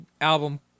album